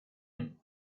and